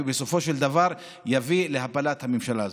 ובסופו של דבר יביא להפלת הממשלה הזאת.